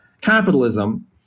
capitalism